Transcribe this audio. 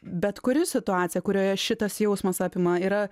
bet kuri situacija kurioje šitas jausmas apima yra